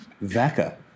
Vaca